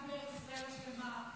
להאמין בארץ ישראל השלמה?